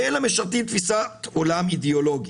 אלא משרתים תפיסת עולם אידיאולוגית.